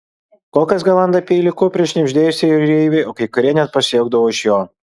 kokas galanda peilį kupriui šnibždėjosi jūreiviai o kai kurie net pasijuokdavo iš jo